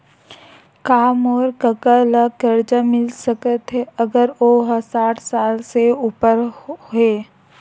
का मोर कका ला कर्जा मिल सकथे अगर ओ हा साठ साल से उपर हे?